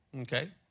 okay